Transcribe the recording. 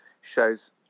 shows